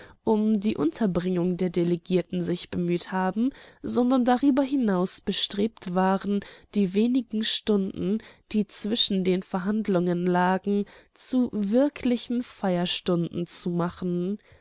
um die unterbringung der delegierten sich bemüht haben sondern darüber hinaus bestrebt waren die wenigen stunden die zwischen den verhandlungen lagen zu wirklichen feierstunden zu machen